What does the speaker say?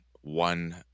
one